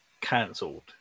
cancelled